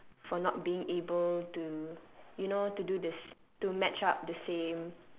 for not being able to you know to do the s~ to match up the same